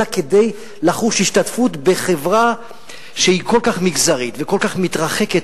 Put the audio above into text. אלא כדי לחוש השתתפות בחברה שהיא כל כך מגזרית וכל כך מתרחקת,